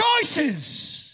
choices